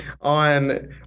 on